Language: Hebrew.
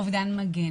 אובדן מגן.